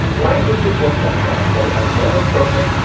languages work like that. they are never perfect.